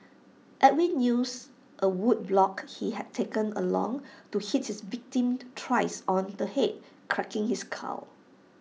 Edwin used A wood block he had taken along to hit his victim thrice on the Head cracking his skull